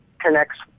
connects